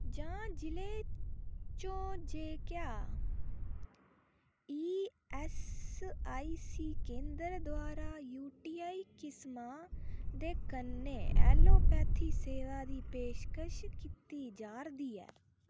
जां जि'ले चो जे क्या ई ऐस आई सी केंदर द्वारा यू टी आई किस्मां दे कन्नै ऐलोपैथी सेवा दी पेशकश कीती जा'रदी ऐ